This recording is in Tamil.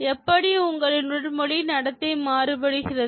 எப்படி உங்களின் உடல் மொழி நடத்தை மாறுகிறது